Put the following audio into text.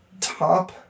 top